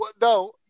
No